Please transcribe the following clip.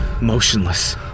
motionless